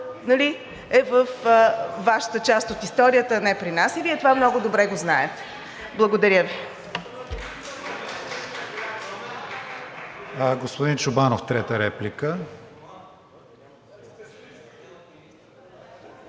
е във Вашата част от историята, а не при нас, и Вие това много добре го знаете. Благодаря Ви.